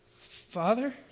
father